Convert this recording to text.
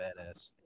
badass